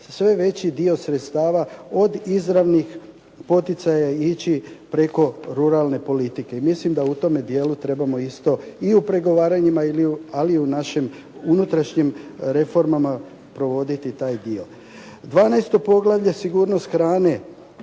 sve veći dio sredstava od izravnih poticaja ići preko ruralne politike. I mislim da u tome dijelu trebamo isto i u pregovaranjima, ali i u našim unutrašnjim reformama provoditi taj dio. Dvanaesto poglavlje sigurnost hrane,